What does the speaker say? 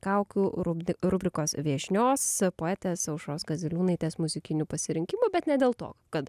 kaukių rubri rubrikos viešnios poetės aušros kaziliūnaitės muzikinių pasirinkimų bet ne dėl to kad